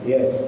Yes